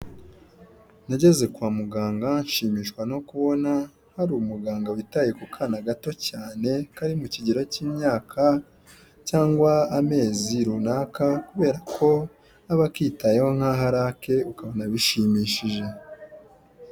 Nageze kwa muganga nshimishwa no kubona hari umuganga witaye ku kana gato cyane, kari mu kigero cy'imyaka cyangwa amezi runaka; kubera ko aba akitayeho nk'aho arake ukabona bishimishije.